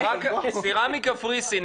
סירה מקפריסין,